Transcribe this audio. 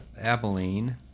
Abilene